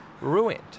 ruined